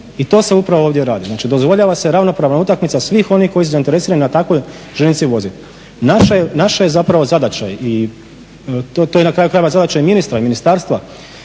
i to se upravo ovdje radi, znači dozvoljava se ravnopravna utakmica svih onih koji su zainteresirani na takvoj željeznici voziti. Naša je zapravo zadaća i to je na kraju krajeva zadaća i ministra i ministarstva